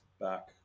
back